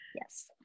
yes